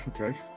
Okay